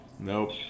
nope